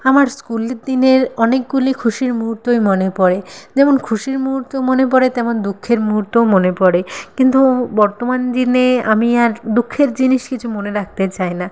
আমার স্কুলের দিনের অনেকগুলি খুশির মুহূর্তই মনে পড়ে যেমন খুশির মুহূর্ত মনে পড়ে তেমন দুঃখের মুহূর্তও মনে পড়ে কিন্তু বর্তমান দিনে আমি আর দুঃখের জিনিস কিছু মনে রাখতে চাই না